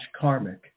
karmic